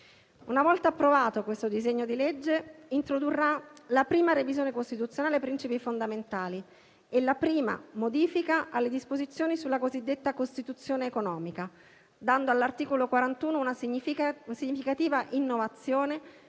Una volta approvato, questo disegno di legge introdurrà la prima revisione costituzionale ai principi fondamentali e la prima modifica alle disposizioni sulla cosiddetta Costituzione economica, dando all'articolo 41 una significativa innovazione